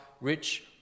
rich